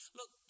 Look